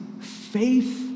faith